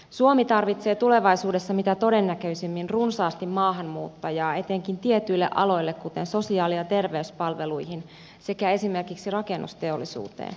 suomi tarvitsee tulevaisuudessa mitä todennäköisimmin runsaasti maahanmuuttajia etenkin tietyille aloille kuten sosiaali ja terveyspalveluihin sekä esimerkiksi rakennusteollisuuteen